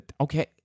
Okay